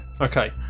Okay